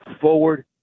forward